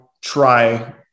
try